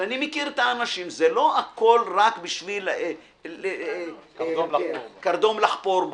שאני מכיר את האנשים זה לא הכול רק בשביל קרדום לחפור בו.